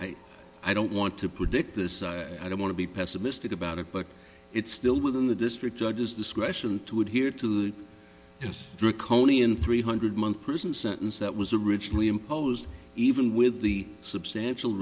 i don't want to predict this i don't want to be pessimistic about it but it's still within the district judge's discretion to adhere to that as draconian three hundred month prison sentence that was originally imposed even with the substantial